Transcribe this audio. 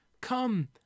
Come